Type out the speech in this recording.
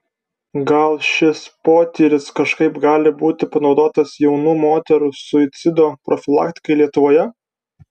gal šis potyris kažkaip gali būti panaudotas jaunų moterų suicido profilaktikai lietuvoje